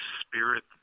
spirit